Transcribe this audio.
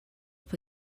for